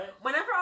Whenever